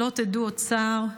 שלא תדעו עוד צער.